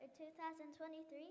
2023